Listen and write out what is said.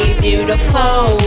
beautiful